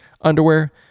underwear